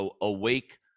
Awake